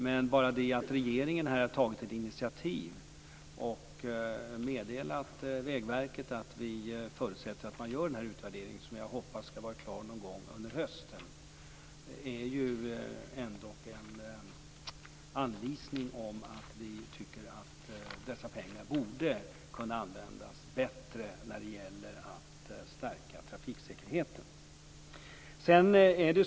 Men bara det att regeringen tagit ett initiativ och meddelat Vägverket att vi förutsätter att man gör denna utvärdering, som jag hoppas skall vara klar någon gång under hösten, är ändå en anvisning om att vi tycker att dessa pengar borde kunna användas bättre när det gäller att stärka trafiksäkerheten.